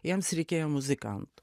jiems reikėjo muzikantų